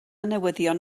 newyddion